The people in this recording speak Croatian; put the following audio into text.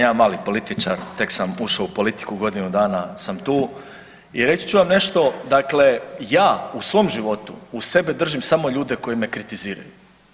Ja sam jedan mali političar, tek sam ušao u politiku, godinu dana sam tu i reći ću vam nešto, dakle ja u svom životu uz sebe držim samo ljude koji me kritiziraju.